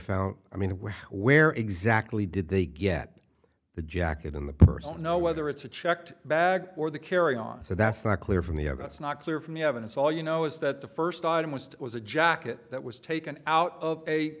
found i mean where exactly did they get the jacket in the person you know whether it's a checked bag or the carry on so that's not clear from the have that's not clear from the evidence all you know is that the first item was was a jacket that was taken out of a